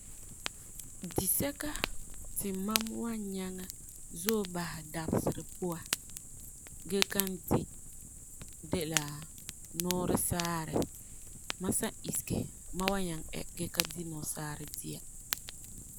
Disɛka ti mam wan nyaŋɛ zɔɔ basɛ dabeser puan gee kan di de la nɔsaarɛ. Mam san isege mam wan nyaŋɛ ɛ gee ka di nɔsaarɛ.